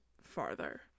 farther